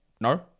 No